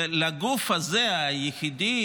ולגוף הזה היחיד,